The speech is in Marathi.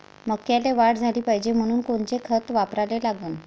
मक्याले वाढ झाली पाहिजे म्हनून कोनचे खतं वापराले लागन?